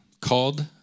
called